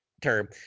term